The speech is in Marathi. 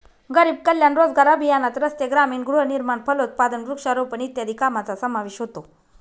गरीब कल्याण रोजगार अभियानात रस्ते, ग्रामीण गृहनिर्माण, फलोत्पादन, वृक्षारोपण इत्यादी कामांचा समावेश होतो